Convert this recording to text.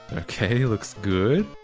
okay, looks good.